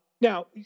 Now